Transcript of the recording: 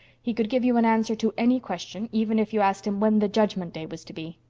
he could give you an answer to any question, even if you asked him when the judgment day was to be.